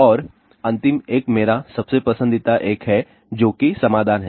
और अंतिम एक मेरा सबसे पसंदीदा एक है जो कि समाधान है